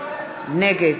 נגד